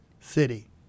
city